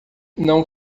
não